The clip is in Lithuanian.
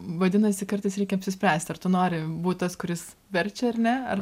vadinasi kartais reikia apsispręsti ar tu nori būti tas kuris verčia ar ne ar